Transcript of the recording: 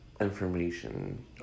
Information